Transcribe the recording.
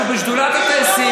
שהוא בשדולת הטייסים,